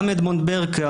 גם מונטברג,